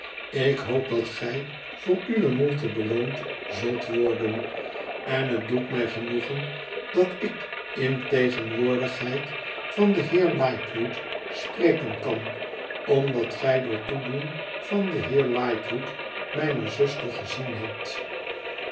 tik hoop dat gij voor uwe moeite beloond zult worden eq het doet mij genoegen dat ik in tegenwoordigheid van den heer lightwood spreken kan omdat gij door toedoen van den heer lightwood mijne zuster gezien hebt